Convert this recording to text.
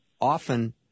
often